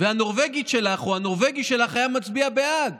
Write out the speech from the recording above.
והנורבגית שלך או הנורבגי שלך היו מצביעים בעד.